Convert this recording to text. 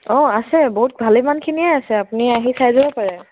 অ আছে বহুত ভালেমানখিনিয়ে আছে আপুনি আহি চাই যাব পাৰে